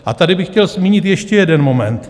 A tady bych chtěl zmínit ještě jeden moment.